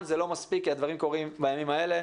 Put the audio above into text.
זה לא מספיק כי הדברים קורים בימים האלה.